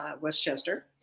Westchester